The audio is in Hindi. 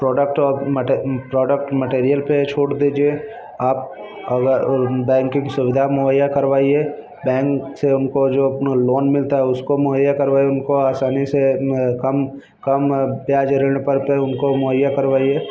प्रोडक्ट और प्रोडक्ट मटेरियल पे छूट दीजिए आप बैंकिंग की सुविधा मुहैया करवाइए बैंक से हमको जो लोन मिलता है उसको मुहैया करवाइए उनको आसानी से कम कम ब्याज ऋण पर उनको मुहैया करवाइए